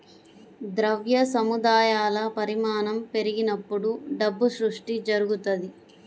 ద్రవ్య సముదాయాల పరిమాణం పెరిగినప్పుడు డబ్బు సృష్టి జరుగుతది